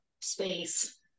space